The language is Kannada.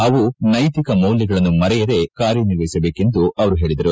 ಅವು ನೈತಿಕ ಮೌಲ್ಯಗಳನ್ನು ಮರೆಯದೇ ಕಾರ್ಯನಿರ್ವಹಿಸಬೇಕೆಂದು ಅವರು ಹೇಳಿದರು